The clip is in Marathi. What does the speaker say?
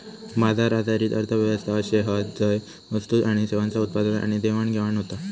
बाजार आधारित अर्थ व्यवस्था अशे हत झय वस्तू आणि सेवांचा उत्पादन आणि देवाणघेवाण होता